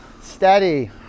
Steady